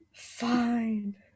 Fine